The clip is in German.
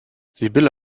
sibylle